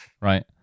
right